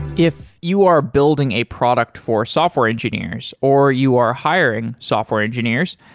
if you are building a product for software engineers or you are hiring software engineers,